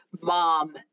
mom